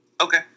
Okay